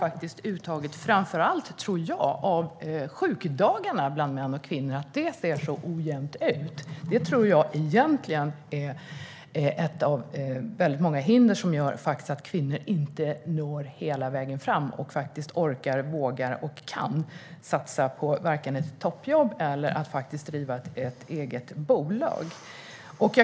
Att uttaget av framför allt sjukdagar ser så ojämnt ut mellan män och kvinnor tror jag är ett av väldigt många hinder som gör att kvinnor inte når hela vägen fram och inte orkar, vågar och kan satsa på vare sig ett toppjobb eller ett eget bolag.